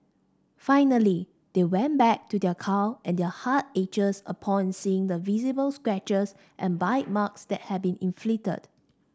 finally they went back to their car and their heart ached upon seeing the visible scratches and bite marks that had been inflicted